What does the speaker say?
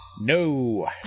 No